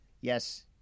Yes